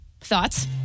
Thoughts